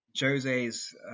jose's